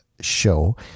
show